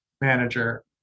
manager